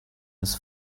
his